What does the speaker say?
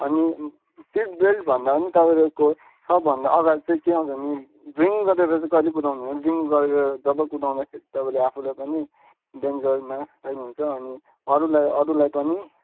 अनि सिट बेल्टभन्दा नि तपाईँको सबभन्दा अगाडि चाहिँ के आउँछ भने ड्रिङ्क गरेर चाहिँ कहिल्यै कुदाउनु हुँदैन ड्रिङ्क गरेर जब कुदाउँदाखेरि तपाईँले आफूलाई पनि डेन्जरमा हाल्नुहुन्छ अनि अरूलाई अरूलाई पनि